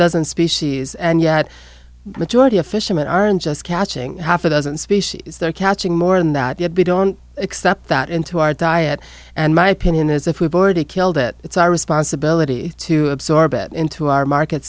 dozen species and yet the majority of fishermen aren't just catching half a dozen species they're catching more than that the a b don't accept that into our diet and my opinion is if we've already killed it it's our responsibility to absorb it into our market